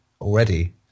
already